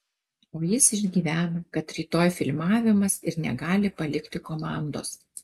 o jis išgyvena kad rytoj filmavimas ir negali palikti komandos